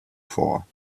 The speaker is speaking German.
vor